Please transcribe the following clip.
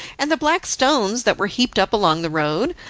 and the black stones that were heaped up along the road?